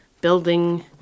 building